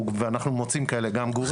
ואנחנו מוצאים גם גורים כאלה.